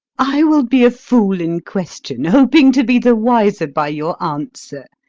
i will be a fool in question, hoping to be the wiser by your answer.